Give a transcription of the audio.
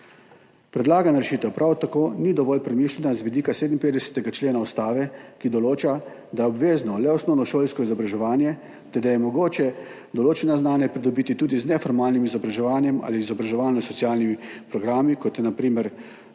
Predlagana rešitev prav tako ni dovolj premišljena z vidika 57. člena Ustave, ki določa, da je obvezno le osnovnošolsko izobraževanje ter da je mogoče določena znanja pridobiti tudi z neformalnim izobraževanjem ali izobraževalno-socialnimi programi, kot je na primer